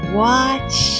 watch